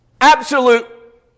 absolute